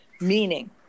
meaning